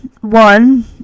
one